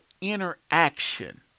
interaction